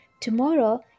tomorrow